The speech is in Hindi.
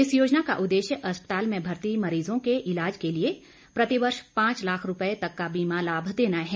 इस योजना का उद्देश्य अस्पताल में भर्ती मरीजों के इलाज के लिए प्रतिवर्ष पांच लाख रुपये तक का बीमा लाभ देना है